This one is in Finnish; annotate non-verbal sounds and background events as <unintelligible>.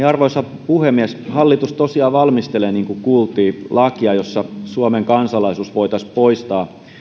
<unintelligible> arvoisa puhemies hallitus tosiaan valmistelee niin kuin kuultiin lakia jossa suomen kansalaisuus voitaisiin poistaa